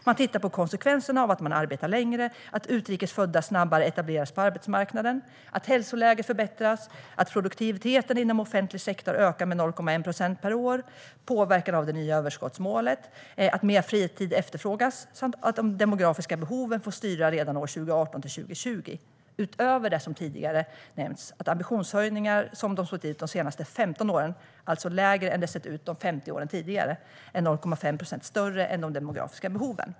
Man tittar på konsekvenserna av att människor arbetar längre, av att utrikes födda etableras på arbetsmarknaden snabbare, av att hälsoläget förbättras, av att produktiviteten inom offentlig sektor ökar med 0,1 procent per år, av påverkan av det nya överskottsmålet, av att mer fritid efterfrågas samt av att de demografiska behoven får styra redan år 2018-2020 - utöver det som tidigare nämnts, att ambitionshöjningarna som de sett ut de senaste 15 åren, vilka är lägre än under de 50 åren dessförinnan, är 0,5 procent större än de demografiska behoven.